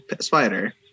spider